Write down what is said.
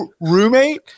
roommate